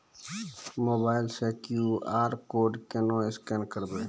Mobile से QR code केना scan करबै?